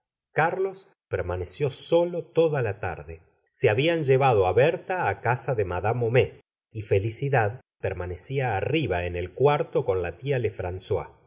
carlos permaneció solo toda la tarde se habían llevado á berta á casa de mad homais y felicidad permanecía arriba en el euarto con la tia